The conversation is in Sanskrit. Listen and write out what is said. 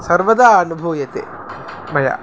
सर्वदा अनुभूयते मया